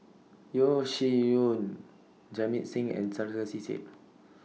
Yeo Shih Yun Jamit Singh and Sarkasi Said